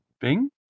Bing